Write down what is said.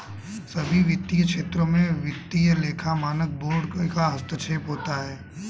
सभी वित्तीय क्षेत्रों में वित्तीय लेखा मानक बोर्ड का हस्तक्षेप होता है